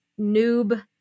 noob